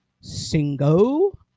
single